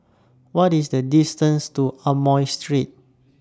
What IS The distance to Amoy Street